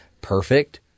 perfect